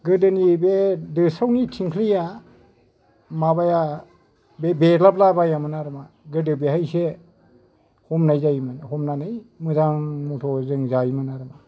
गोदोनि बे दोस्रावनि थिंख्लिया माबाया बे बेद्लाबला बायामोन आरो मा गोदो बेवहायसो हमनाय जायोमोन हमनानै मोजां मथ' जों जायोमोन आरो मा